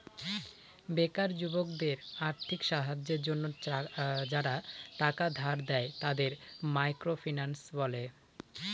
বেকার যুবকদের আর্থিক সাহায্যের জন্য যারা টাকা ধার দেয়, তাদের মাইক্রো ফিন্যান্স বলে